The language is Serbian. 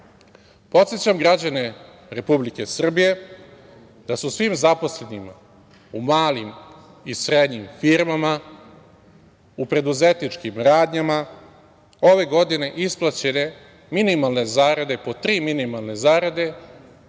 građane Republike Srbije da su svim zaposlenima u malim i srednjim firmama, u preduzetničkim radnjama ove godine isplaćene po tri minimalne zarade i po dve minimalne zarade